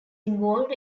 involved